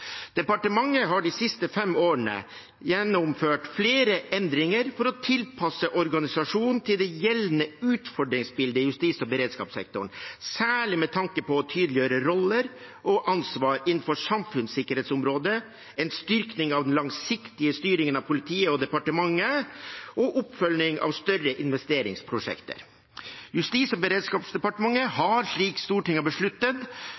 Departementet har de siste fem årene gjennomført flere endringer for å tilpasse organisasjonen til det gjeldende utfordringsbildet i justis- og beredskapssektoren, særlig med tanke på å tydeliggjøre roller og ansvar innenfor samfunnssikkerhetsområdet, en styrking av den langsiktige styringen av politiet og departementet, og oppfølging av større investeringsprosjekter. Justis- og beredskapsdepartementet har, slik Stortinget har besluttet,